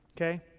Okay